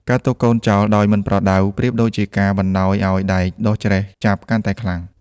ការទុកកូនចោលដោយមិនប្រដៅប្រៀបដូចជាការបណ្ដោយឱ្យដែកដុះច្រែះចាប់កាន់តែខ្លាំង។